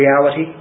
reality